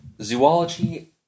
Zoology